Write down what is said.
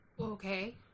Okay